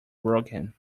broken